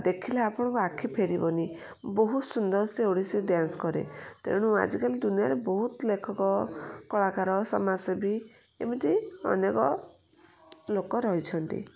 ଦେଖିଲେ ଆପଣଙ୍କୁ ଆଖି ଫେରିବନି ବହୁତ ସୁନ୍ଦର ସେ ଓଡ଼ିଶୀ ଡ୍ୟାନ୍ସ୍ କରେ ତେଣୁ ଆଜିକାଲି ଦୁନିଆରେ ବହୁତ ଲେଖକ କଳାକାର ସମାଜସେବୀ ଏମିତି ଅନେକ ଲୋକ ରହିଛନ୍ତି